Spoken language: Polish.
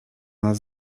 nas